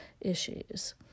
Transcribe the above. issues